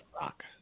rock